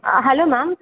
a hello ma'am